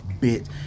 bit